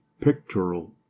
pictorial